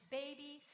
baby